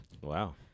Wow